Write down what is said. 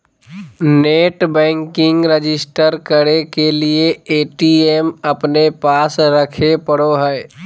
net banking register करे के लिए ए.टी.एम अपने पास रखे पड़ो हइ